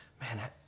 man